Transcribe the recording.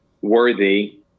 worthy